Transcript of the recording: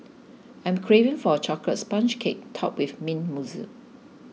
I am craving for a Chocolate Sponge Cake Topped with Mint Mousse